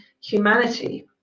humanity